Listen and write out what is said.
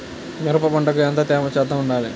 మిరప పంటకు ఎంత తేమ శాతం వుండాలి?